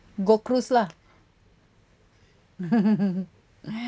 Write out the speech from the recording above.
gold coast lah